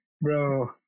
Bro